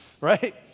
right